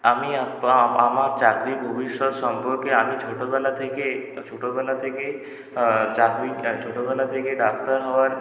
আমি আপ আ আমার চাকরির ভবিষ্যৎ সম্পর্কে আমি ছোটোবেলা থেকে ছোটোবেলা থেকে চাকরির ছোটোবেলা থেকে ডাক্তার হওয়ার